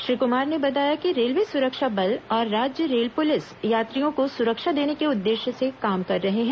श्री कुमार ने बताया कि रेलवे सुरक्षा बल और राज्य रेल पुलिस यात्रियों को सुरक्षा देने के उद्देश्य से काम कर रहे हैं